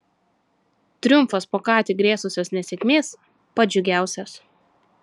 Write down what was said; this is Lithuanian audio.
triumfas po ką tik grėsusios nesėkmės pats džiugiausias